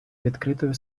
відкритою